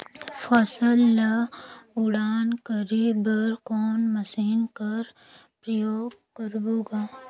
फसल ल उड़ान करे बर कोन मशीन कर प्रयोग करबो ग?